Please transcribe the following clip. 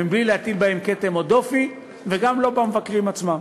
ובלי להטיל בהם כתם או דופי, וגם לא במבקרים עצמם.